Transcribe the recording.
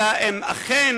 אלא אם אכן